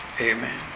Amen